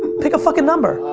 pick a fucking number.